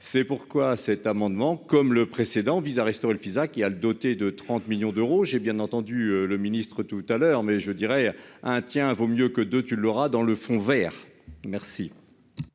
c'est pourquoi cet amendement comme le précédent, vise à restaurer le Fisac qui a le doté de 30 millions d'euros, j'ai bien entendu le Ministre tout à l'heure, mais je dirais à un tiens vaut mieux que 2 tu l'auras, dans le fond Vert merci.